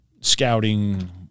scouting